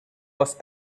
was